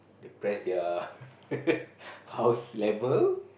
press their house level